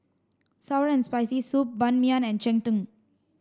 sour and spicy soup Ban Mian and Cheng Tng